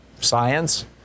science